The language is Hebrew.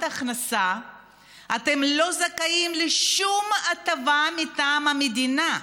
הכנסה אתם לא זכאים לשום הטבה מטעם המדינה?